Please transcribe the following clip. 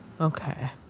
Okay